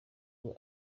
ngo